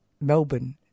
Melbourne